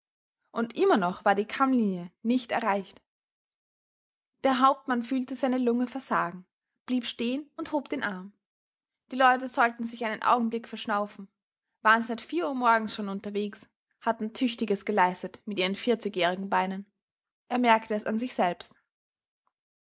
und immer noch war die kammlinie nicht erreicht der hauptmann fühlte seine lunge versagen blieb stehen und hob den arm die leute sollten sich einen augenblick verschnaufen waren seit vier uhr morgens schon unterwegs hatten tüchtiges geleistet mit ihren vierzigjährigen beinen er merkte es an sich selbst